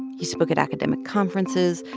he spoke at academic conferences,